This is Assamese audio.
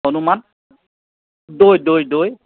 অনুমান দৈ দৈ দৈ